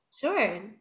Sure